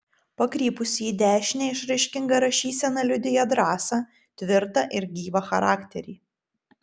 pakrypusi į dešinę išraiškinga rašysena liudija drąsą tvirtą ir gyvą charakterį